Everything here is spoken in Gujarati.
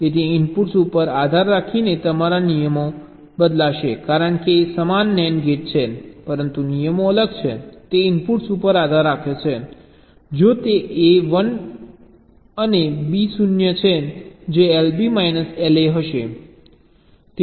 તેથી ઇનપુટ્સ ઉપર આધાર રાખીને તમારા નિયમો બદલાશે કારણ કે સમાન AND ગેટ છે પરંતુ નિયમો અલગ છે તે ઇનપુટ્સ ઉપર આધાર રાખે છે જો તે A 1 અને B 0 છે જે LB માઇનસ LA હશે